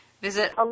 Visit